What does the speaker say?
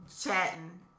chatting